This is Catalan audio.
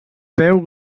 peu